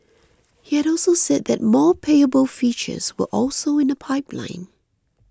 he had also said that more payable features were also in the pipeline